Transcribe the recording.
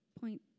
point